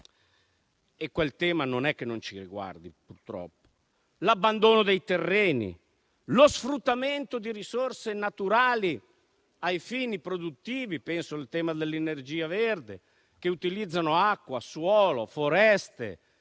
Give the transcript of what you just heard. e quel tema non è che non ci riguardi, purtroppo - l'abbandono dei terreni, lo sfruttamento di risorse naturali ai fini produttivi - penso al tema dell'energia verde - che utilizzano acqua, suolo, foreste,